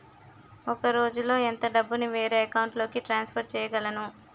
ఒక రోజులో ఎంత డబ్బుని వేరే అకౌంట్ లోకి ట్రాన్సఫర్ చేయగలను?